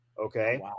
Okay